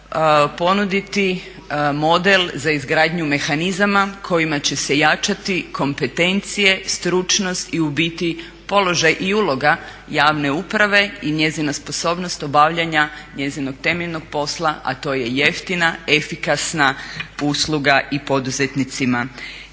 ponuditi model za izgradnju mehanizama kojima će se jačati kompetencije, stručnost i u biti položaj i uloga javne uprave i njezina sposobnost obavljanja njezinog temeljnog posla, a to je jeftina, efikasna usluga i poduzetnicima